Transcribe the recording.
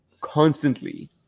constantly